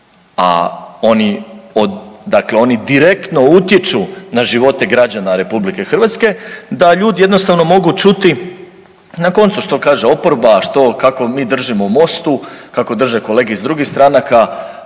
oni direktno utječu na živote građana RH da ljudi jednostavno mogu čuti na koncu što kaže oporba, što kako mi držimo u MOST-u, kako drže kolege iz drugih stranaka,